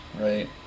right